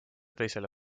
teisele